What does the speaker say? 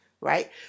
right